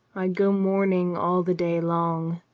i go mourning all the day long.